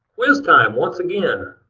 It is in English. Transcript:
quiz time once again.